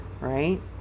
right